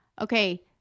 Okay